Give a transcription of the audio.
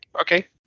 Okay